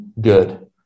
good